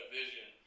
vision